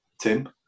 Tim